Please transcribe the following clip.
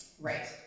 Right